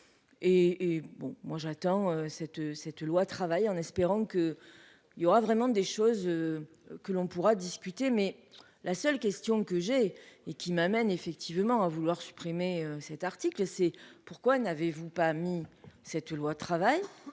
bon moi j'attends cette cette loi travail en espérant qu'. Il y aura vraiment des choses. Que l'on pourra discuter. Mais la seule question que j'ai et qui m'amène effectivement à vouloir supprimer cet article c'est pourquoi n'avez-vous pas mis cette loi travail